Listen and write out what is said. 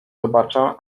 zobaczę